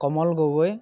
Kamal Gogoi